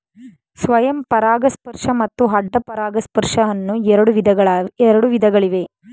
ಸ್ವಯಂ ಪರಾಗಸ್ಪರ್ಶ ಮತ್ತು ಅಡ್ಡ ಪರಾಗಸ್ಪರ್ಶ ಅನ್ನೂ ಎರಡು ವಿಧಗಳಿವೆ